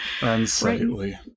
unsightly